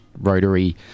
rotary